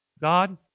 God